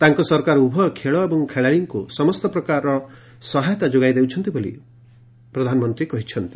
ତାଙ୍କ ସରକାର ଉଭୟ ଖେଳ ଏବଂ ଖେଳାଳିଙ୍କୁ ସମସ୍ତ ପ୍ରକାରର ସହାୟତା ଯୋଗାଇ ଦେଉଛନ୍ତି ବୋଲି ପ୍ରଧାନମନ୍ତୀ କହିଛନ୍ତି